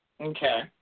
Okay